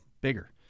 bigger